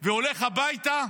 והולך הביתה,